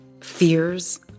fears